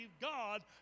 God